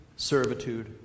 servitude